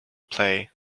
play